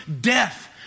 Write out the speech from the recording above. death